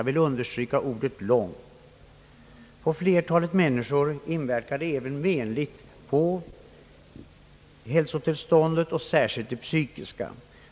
För flertalet människor inverkar frånvaron även menligt på hälsotillståndet, särskilt det psykiska.